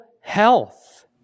health